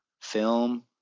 film